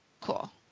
Cool